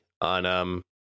on